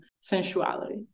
sensuality